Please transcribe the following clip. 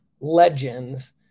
legends